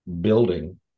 building